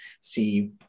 see